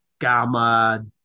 gamma